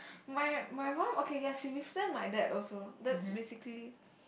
my my mum okay ya she withstand my dad also that's basically